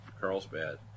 Carlsbad